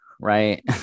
right